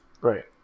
Right